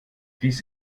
dies